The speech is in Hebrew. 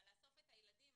אבל לאסוף את הילדים,